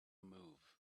move